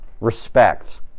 respect